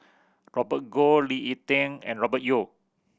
Robert Goh Lee Ek Tieng and Robert Yeo